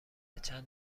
چند